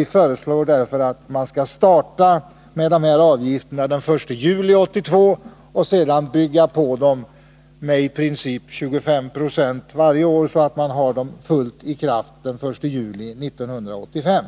Vi föreslår därför att man skall starta med avgifterna den 1 juli 1982 och sedan bygga på dem medi princip 25 9 varje år för att ha systemet fullt i kraft den 1 juli 1985.